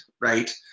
right